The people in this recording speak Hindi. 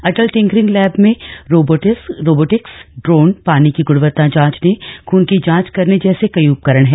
अटल टिंकरिंग लैब में रोबॉटिक्स ड्रोन पानी की गुणवत्ता जांचने खून की जांच करने जैसे कई उपकरण हैं